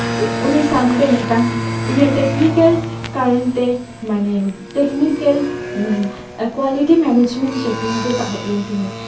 ᱩᱱᱤ ᱥᱟᱶᱛᱮ ᱢᱤᱫᱴᱟᱝ ᱤᱧᱟᱹᱜ ᱴᱮᱠᱱᱤᱠᱮᱞ ᱠᱟᱨᱚᱱ ᱛᱮ ᱢᱟᱱᱮ ᱴᱮᱠᱱᱤᱠᱮᱞ ᱠᱳᱣᱟᱞᱤᱴᱤ ᱢᱮᱱᱮᱡᱢᱮᱱᱴ ᱥᱮᱴᱤᱝ ᱜᱮ ᱛᱟᱦᱮᱸ ᱞᱮᱱ ᱛᱤᱧᱟᱹ